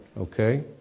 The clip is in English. Okay